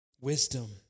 Wisdom